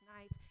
nice